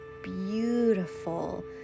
beautiful